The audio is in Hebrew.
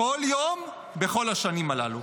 כל יום, בכל השנים הללו.